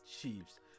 Chiefs